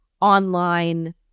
online